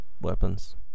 weapons